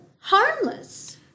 harmless